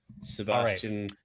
sebastian